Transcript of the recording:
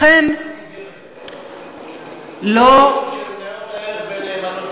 לכן, אי-אפשר, זה בנאמנות עיוורת.